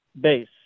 base